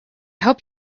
hope